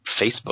Facebook